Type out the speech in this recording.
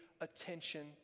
attention